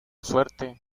suerte